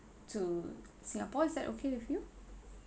to singapore is that okay with you